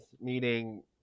meeting